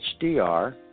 HDR